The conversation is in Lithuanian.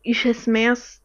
iš esmės